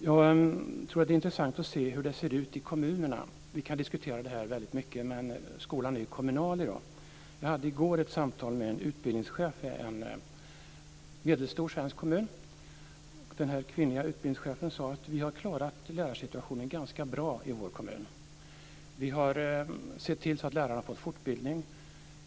Jag tror att det är intressant att se hur det ser ut i kommunerna. Vi kan diskutera det här väldigt mycket, men skolan är ju kommunal i dag. Jag hade i går ett samtal med en kvinnlig utbildningschef i en medelstor svensk kommun. Hon sade: Vi har klarat lärarsituationen ganska bra i vår kommun. Vi har sett till att lärarna har fått fortbildning.